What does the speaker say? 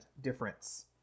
difference